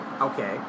Okay